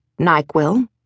NyQuil